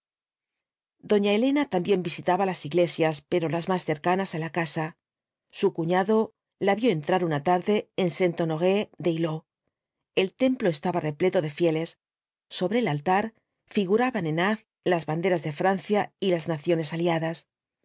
doña elena también visitaba las iglesias pero las más cercanas á la casa su cuñado la vio entrar una tarde en saint honoré d'eylau el templo estaba repleto de fieles sobre el altar figuraban en haz las banderas de francia y las naciones aliadas